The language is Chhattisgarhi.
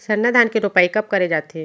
सरना धान के रोपाई कब करे जाथे?